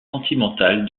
sentimentale